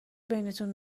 بینتون